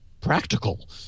practical